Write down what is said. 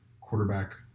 quarterback